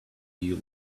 you